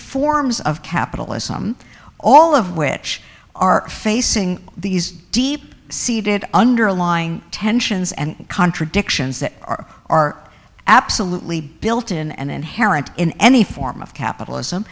forms of capitalism all of which are facing these deep seated underlying tensions and contradictions that are are absolutely built in and inherent in any form of capitalism